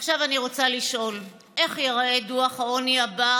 עכשיו אני רוצה לשאול איך ייראה דוח העוני הבא